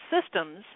systems